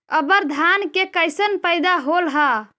अबर धान के कैसन पैदा होल हा?